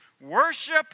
Worship